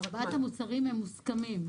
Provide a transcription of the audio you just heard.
ארבעת המוצרים הם מוסכמים.